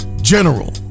general